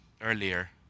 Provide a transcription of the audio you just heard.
earlier